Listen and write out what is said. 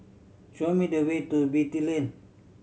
show me the way to Beatty Lane